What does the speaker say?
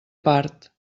part